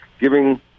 giving